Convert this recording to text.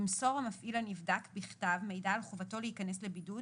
ימסור המפעיל לנבדק בכתב מידע על חובתו להיכנס לבידוד